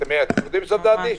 אתה יורד לסוף דעתי?